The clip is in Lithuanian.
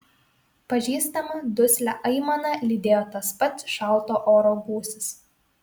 pažįstamą duslią aimaną lydėjo tas pats šalto oro gūsis